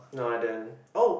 no I didn't oh